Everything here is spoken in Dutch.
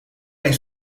eens